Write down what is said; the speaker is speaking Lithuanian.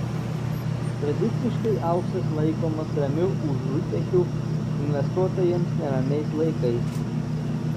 tradiciškai auksas laikomas ramiu užutėkiu investuotojams neramiais laikais